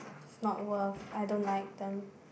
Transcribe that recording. not worth I don't like them